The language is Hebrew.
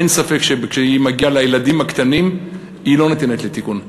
אין ספק שכשהיא מגיעה אל הילדים הקטנים היא לא ניתנת לתיקון.